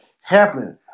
happening